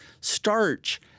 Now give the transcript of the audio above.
starch